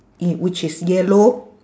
in which is yellow